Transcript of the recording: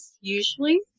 usually